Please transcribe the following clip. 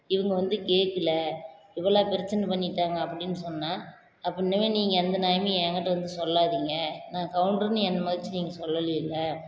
இவங்க வந்து கேட்கல இவ்வளோ பிரச்சனை பண்ணிவிட்டாங்க அப்படின்னு சொன்னால் அப்போ இனிமே நீங்கள் எந்த நியாயமும் எங்கிட்ட வந்து சொல்லாதிங்க நான் கவுண்டருன்னு என்னை மதித்து நீங்கள் சொல்லுலையில்